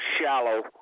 shallow